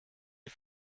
die